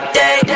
day